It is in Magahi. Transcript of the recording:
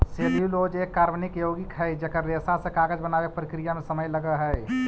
सेल्यूलोज एक कार्बनिक यौगिक हई जेकर रेशा से कागज बनावे के प्रक्रिया में समय लगऽ हई